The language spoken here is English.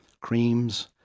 creams